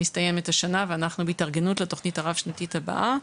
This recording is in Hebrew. מסתיימת השנה ואנחנו בהתארגנות לתכנית הרב שנתית הבאה.